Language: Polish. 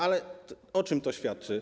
Ale o czym to świadczy?